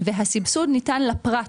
והסבסוד ניתן לפרט